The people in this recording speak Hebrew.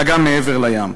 אלא גם מעבר לים.